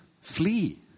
flee